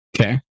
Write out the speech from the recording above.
Okay